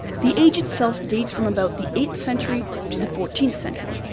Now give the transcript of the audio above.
the age itself dates from about the eighth century to the fourteenth century,